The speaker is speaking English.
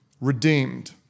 redeemed